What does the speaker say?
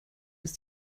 ist